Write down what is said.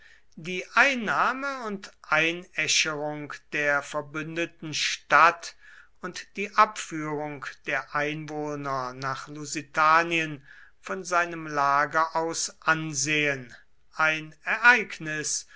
die einnahme und einäscherung der verbündeten stadt und die abführung der einwohner nach lusitanien von seinem lager aus ansehen ein ereignis